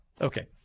Okay